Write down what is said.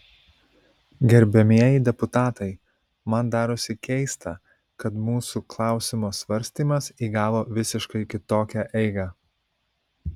gerbiamieji deputatai man darosi keista kad mūsų klausimo svarstymas įgavo visiškai kitokią eigą